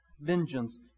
vengeance